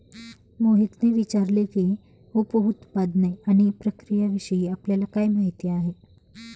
मोहितने विचारले की, उप उत्पादने आणि प्रक्रियाविषयी आपल्याला काय माहिती आहे?